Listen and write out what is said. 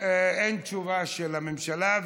אין תשובה של הממשלה,